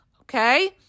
Okay